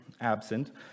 absent